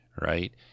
right